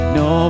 no